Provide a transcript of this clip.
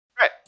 Right